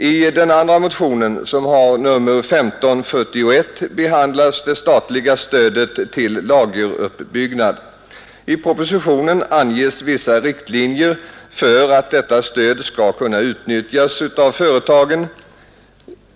I den andra motionen som har nr 1541 behandlas det statliga stödet till lageruppbyggnad. I propositionen anges vissa riktlinjer för att detta stöd skall kunna utnyttjas av företagen.